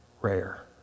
rare